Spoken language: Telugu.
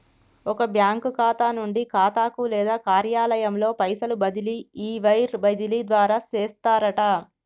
ఒక బ్యాంకు ఖాతా నుండి ఖాతాకు లేదా కార్యాలయంలో పైసలు బదిలీ ఈ వైర్ బదిలీ ద్వారా చేస్తారట